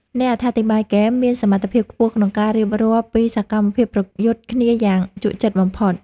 អ្នកអត្ថាធិប្បាយហ្គេមមានសមត្ថភាពខ្ពស់ក្នុងការរៀបរាប់ពីសកម្មភាពប្រយុទ្ធគ្នាយ៉ាងជក់ចិត្តបំផុត។